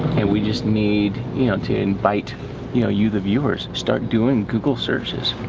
and we just need and to invite you know you the viewers, start doing google searches,